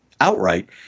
outright